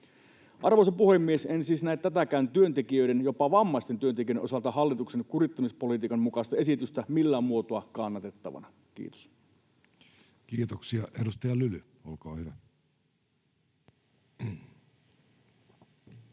Arvoisa puhemies! En siis näe tätäkään työntekijöiden, jopa vammaisten työntekijöiden, osalta hallituksen kurittamispolitiikan mukaista esitystä millään muotoa kannatettavana. — Kiitos. [Speech 225] Speaker: